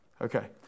Okay